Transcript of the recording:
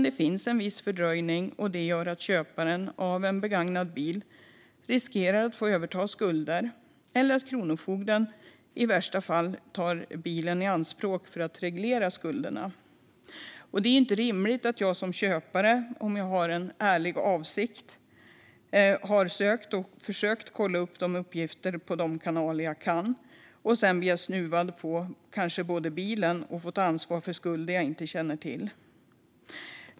Det finns alltså en viss fördröjning som gör att köparen av en begagnad bil riskerar att få överta skulder. I värsta fall kan Kronofogden ta bilen i anspråk för att reglera skulderna. Det är inte rimligt att en köpare som har en ärlig avsikt och har försökt kolla upp uppgifter med hjälp av de kanaler som finns sedan kanske både blir snuvad på bilen och får ta ansvar för skulder som denne inte känner till.